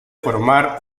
formar